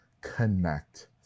connect